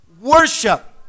worship